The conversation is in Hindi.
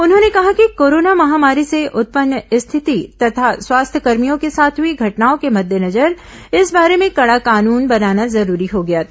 उन्होंने कहा कि कोरोना महामारी से उत्पन्न स्थिति तथा स्वास्थ्यकर्मियों के साथ हुई घटनाओं के मद्देनजर इस बारे में कड़ा कानून बनाना जरूरी हो गया था